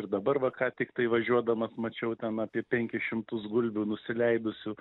ir dabar va ką tiktai važiuodamas mačiau ten apie penkis šimtus gulbių nusileidusių